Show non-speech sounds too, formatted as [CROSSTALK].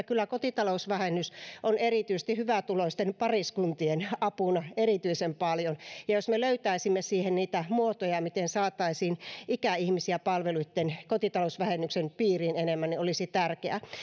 [UNINTELLIGIBLE] kyllä kotitalousvähennys on erityisesti hyvätuloisten pariskuntien apuna erityisen paljon jos me löytäisimme siihen niitä muotoja miten saataisiin ikäihmisiä kotitalousvähennyksen piiriin enemmän niin se olisi tärkeää